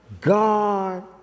God